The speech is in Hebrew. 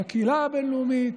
בקהילה הבין-לאומית,